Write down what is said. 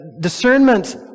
discernment